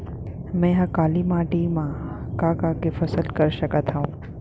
मै ह काली माटी मा का का के फसल कर सकत हव?